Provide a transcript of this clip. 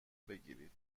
بگیرید